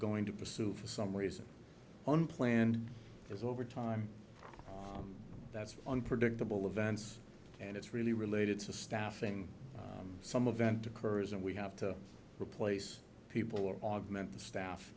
going to pursue for some reason unplanned there's over time that's unpredictable events and it's really related to staffing some of vent occurs and we have to replace people or augment the staff